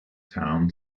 town